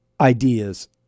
ideas